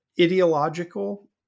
ideological